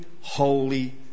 holy